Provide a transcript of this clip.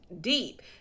deep